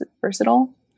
Versatile